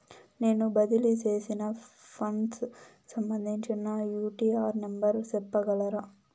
నేను బదిలీ సేసిన ఫండ్స్ సంబంధించిన యూ.టీ.ఆర్ నెంబర్ సెప్పగలరా